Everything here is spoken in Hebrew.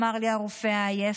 אמר לי הרופא העייף,